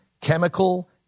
chemical